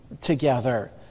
together